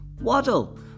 Waddle